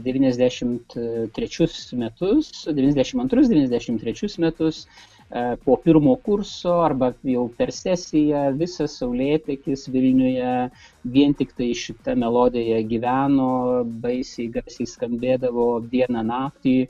devyniasdešimt trečius metus devyniasdešimt antrus devyniasdešimt trečius metus po pirmo kurso arba jau per sesiją visas saulėtekis vilniuje vien tiktai šita melodija gyveno baisiai garsiai skambėdavo dieną naktį